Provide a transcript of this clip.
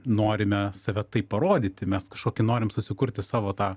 norime save tai parodyti mes kažkokį norim susikurti savo tą